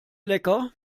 lecker